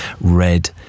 red